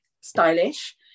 stylish